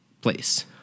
place